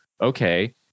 Okay